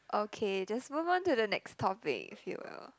okay just move on to the next topic if you will